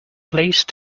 please